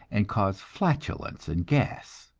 and cause flatulence and gas.